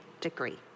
degree